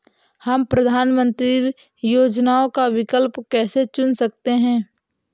हम प्रधानमंत्री योजनाओं का विकल्प कैसे चुन सकते हैं?